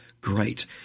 Great